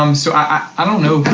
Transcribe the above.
um so, i don't know.